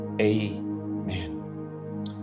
amen